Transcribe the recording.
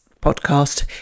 podcast